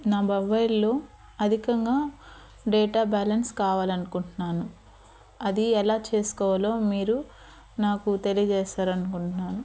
నా మొబైల్లో అధికంగా డేటా బ్యాలెన్స్ కావాలనుకుంట్నాను అది ఎలా చేసుకోవాలో మీరు నాకు తెలియజేస్తారనుకుంట్నాను